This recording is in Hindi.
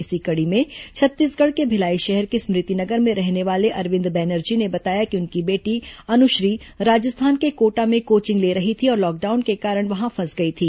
इसी कड़ी में छत्तीसगढ़ के भिलाई शहर के स्मृति नगर में रहने वाले अरविंद बैनर्जी ने बताया कि उनकी बेटी अनुश्री राजस्थान के कोटा में कोचिंग ले रही थी और लॉकडाउन के कारण वहां फंस गई थी